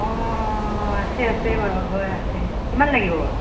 অঁ আছে আছে বাৰু হয় আছে কিমান লাগিব বাৰু